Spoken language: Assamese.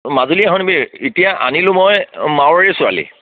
মাজুলী হৰ্ণবিল এতিয়া আনিলোঁ মই মাৰোৱাৰী ছোৱালী